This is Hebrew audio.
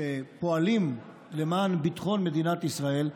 שפועלים למען ביטחון מדינת ישראל,